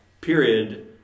period